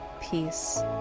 peace